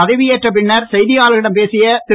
பதவியேற்ற பின்னர் செய்தியாளர்களிடம் பேசிய திரு